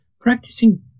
Practicing